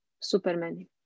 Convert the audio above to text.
superman